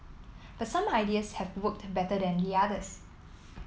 but some ideas have worked better than the others